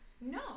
No